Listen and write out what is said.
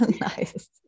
nice